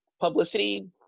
publicity